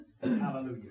Hallelujah